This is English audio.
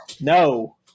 No